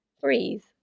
breathe